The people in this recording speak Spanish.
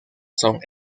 son